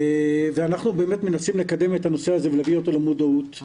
אנחנו באמת מנסים לקדם את הנושא הזה ולהביא אותו למודעות,